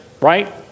right